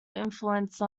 influence